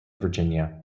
virginia